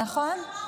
נכון?